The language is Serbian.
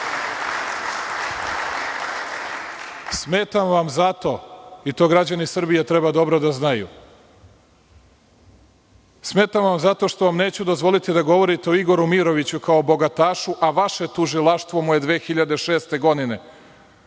Smetam vam zato, i to građani Srbije treba dobro da znaju. Smetam vam zato što neću dozvoliti da govorite o Igoru Miroviću kao bogatašu, a vaše tužilaštvo mu je 2006. godine